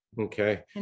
Okay